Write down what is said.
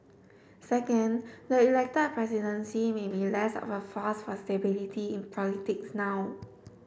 second the elected presidency may be less of a force for stability in politics now